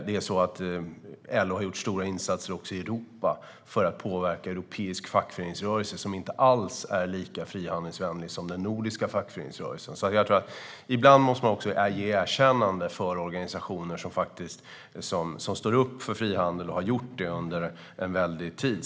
LO har också gjort stora insatser i Europa för att påverka europeisk fackföreningsrörelse, som inte alls är lika frihandelsvänlig som den nordiska fackföreningsrörelsen. Ibland måste man ge ett erkännande till organisationer som står upp för frihandel och har gjort det under lång tid.